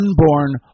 unborn